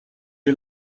you